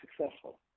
successful